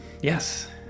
yes